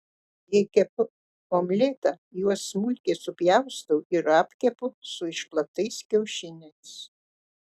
jei kepu omletą juos smulkiai supjaustau ir apkepu su išplaktais kiaušiniais